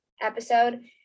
episode